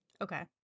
Okay